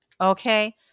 okay